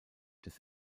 des